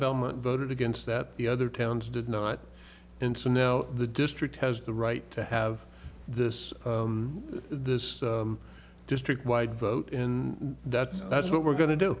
belmont voted against that the other towns did not and so now the district has the right to have this this district wide vote in that that's what we're going to do